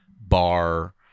bar